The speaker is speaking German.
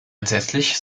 entsetzlich